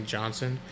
Johnson